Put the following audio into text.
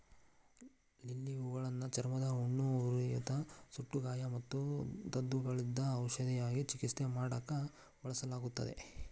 lily ಹೂಗಳನ್ನ ಚರ್ಮದ ಹುಣ್ಣು, ಉರಿಯೂತ, ಸುಟ್ಟಗಾಯ ಮತ್ತು ದದ್ದುಗಳಿದ್ದಕ್ಕ ಔಷಧವಾಗಿ ಚಿಕಿತ್ಸೆ ಮಾಡಾಕ ಬಳಸಲಾಗುತ್ತದೆ